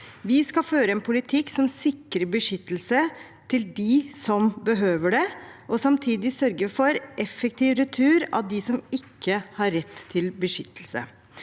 Vi skal føre en politikk som sikrer beskyttelse til dem som behøver det, og samtidig sørge for effektiv retur av de som ikke har rett til beskyttelse.